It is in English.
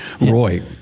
Roy